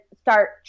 start